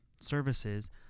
services